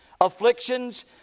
afflictions